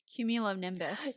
Cumulonimbus